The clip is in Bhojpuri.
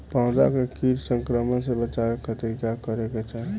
पौधा के कीट संक्रमण से बचावे खातिर का करे के चाहीं?